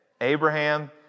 Abraham